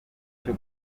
cyo